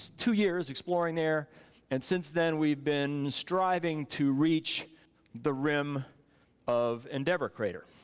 two years exploring there and since then we've been striving to reach the rim of endeavor crater.